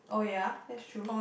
oh yeah that's true